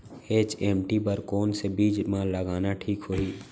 HMT बर कौन से बीज मा लगाना ठीक होही?